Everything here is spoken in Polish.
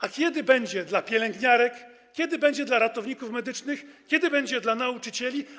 A kiedy będzie dla pielęgniarek, kiedy będzie dla ratowników medycznych, kiedy będzie dla nauczycieli?